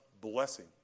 blessing